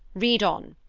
read on,